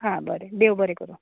हां बरें देव बरें करूं